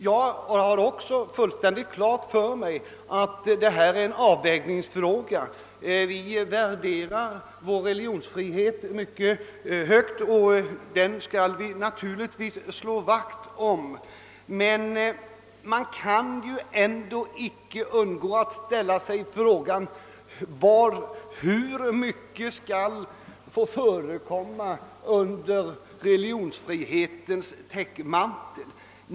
Jag har fullständigt klart för mig att detta är en avvägningsfråga. Vi värderar vår religionsfrihet mycket högt, och den skall vi naturligtvis slå vakt om. Man kan ändå icke undgå att ställa sig frågan: Hur mycket skall få förekomma under religionsfrihetens täckmantel?